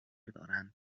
دارند